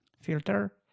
filter